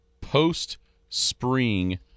post-Spring